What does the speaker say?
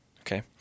Okay